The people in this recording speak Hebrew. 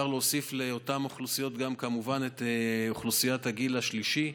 אפשר להוסיף לאותן אוכלוסיות גם כמובן את אוכלוסיית הגיל השלישי.